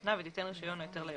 שנתנה ותיתן רישיון או היתר ליורש.